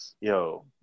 Yo